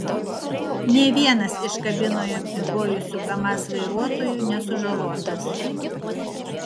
nė vienas iš kabinoje miegojusių kamaz vairuotojų nesužalotas